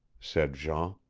said jean.